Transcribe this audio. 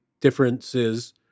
differences